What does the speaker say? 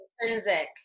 intrinsic